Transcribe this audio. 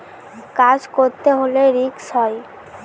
কাজ করতে হলে রিস্ক হয়